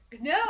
No